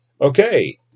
Okay